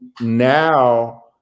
now